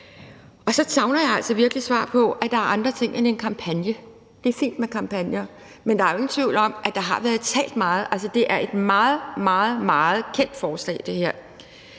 virkelig svar på, at der er andre ting end en kampagne. Det er fint med kampagner, men der er jo ingen tvivl om, at der har været talt meget. Altså, det her er et meget, meget kendt forslag.